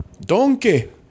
Donkey